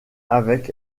avec